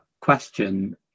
question